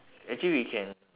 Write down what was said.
actually we can